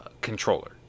controller